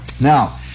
Now